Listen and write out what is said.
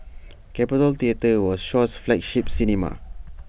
capitol theatre was Shaw's flagship cinema